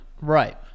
Right